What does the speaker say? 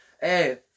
Hey